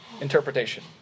interpretation